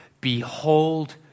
Behold